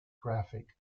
graphic